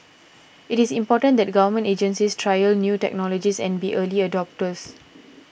it is important that Government agencies trial new technologies and be early adopters